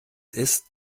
ist